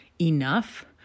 enough